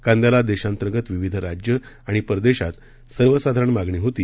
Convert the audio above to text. कांद्याला देशांतर्गत विविध राज्यं आणि परदेशात सर्वसाधारण मागणी होती